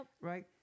Right